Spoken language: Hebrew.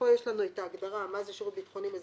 פה יש לנו את ההגדרה מה זה שירות ביטחוני מזכה,